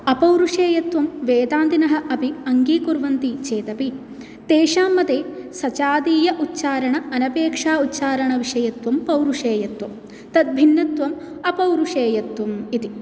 अपौरुषेयत्वं वेदान्तिनः अपि अङ्गीकुर्वन्ति चेदपि तेषां मते सजातीय उच्चारण अनपेक्षा उच्चारण विषयत्वं पौरुषेयत्वं तद् भिन्नत्वं अपौरुषेयत्वम् इति